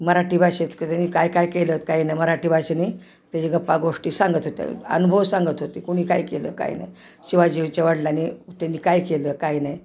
मराठी भाषेत क त्यांनी काय काय केलंत काय नाही मराठी भाषेनी त्याची गप्पा गोष्टी सांगत होत्या अनुभव सांगत होते कुणी काय केलं काय नाही शिवाजीच्या वडीलांनी त्यांनी काय केलं काय नाही